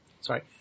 Sorry